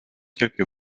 quelques